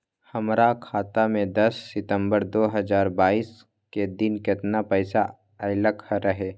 हमरा खाता में दस सितंबर दो हजार बाईस के दिन केतना पैसा अयलक रहे?